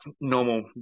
normal